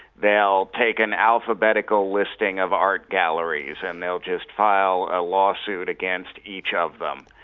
they'll take an alphabetical listing of art galleries and they'll just file a lawsuit against each of them.